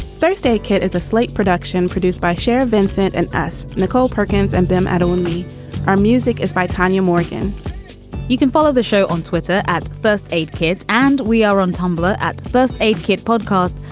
first aid kit is a slate production produced by scherrer vincent and as nicole perkins' and them at only our music is by tanya morgan you can follow the show on twitter at first aid kits and we are on tumblr at first aid kit podcast,